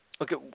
Okay